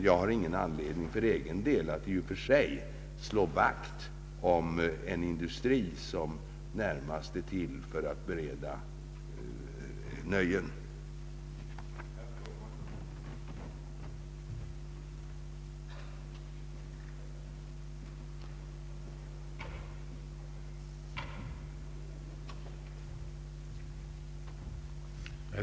Jag har ingen anledning för egen del att slå vakt om en industri som närmast är till för att bereda nöje.